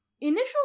Initial